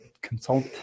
consult